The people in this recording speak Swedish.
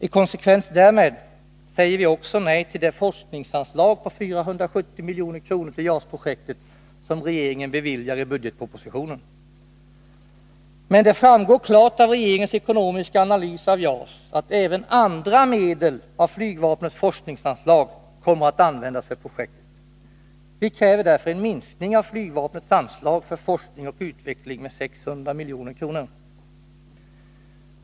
I konsekvens därmed säger vi också nej till det forskningsanslag på 470 milj.kr. till JAS-projektet som regeringen beviljar i budgetpropositionen. Men det framgår klart av regeringens ekonomiska analys av JAS att även andra medel av flygvapnets forskningsanslag kommer att användas för projektet. Vi kräver därför en minskning av flygvapnets anslag för forskning och utveckling med 600 milj.kr.